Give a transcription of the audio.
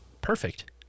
Perfect